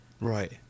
Right